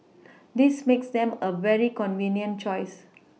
this makes them a very convenient choice